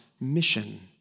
mission